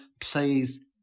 plays